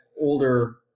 older